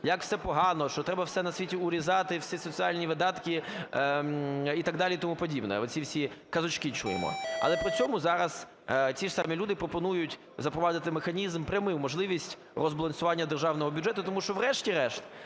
як все погано, що треба все на світі урізати і всі соціальні видатки, і так далі, і тому подібне – оці всі казочки чуємо. Але при цьому зараз ці ж самі люди пропонують запровадити механізм прямий, можливість розбалансування державного бюджету, тому що врешті-решт,